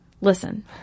Listen